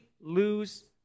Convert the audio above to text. lose